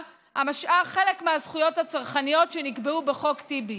המשהה חלק מהזכויות הצרכניות שנקבעו בחוק טיבי.